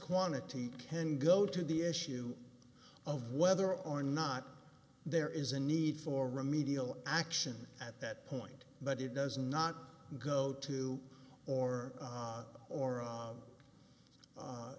quantity can go to the issue of whether or not there is a need for remedial action at that point but it does not go to or